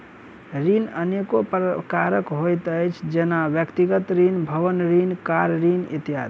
ऋण अनेको प्रकारक होइत अछि, जेना व्यक्तिगत ऋण, भवन ऋण, कार ऋण इत्यादि